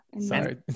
sorry